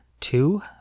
Two